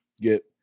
get